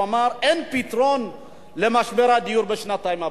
אין פתרון למשבר הדיור בשנתיים הבאות.